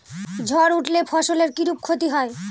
ঝড় উঠলে ফসলের কিরূপ ক্ষতি হয়?